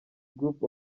group